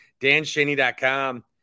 Danshaney.com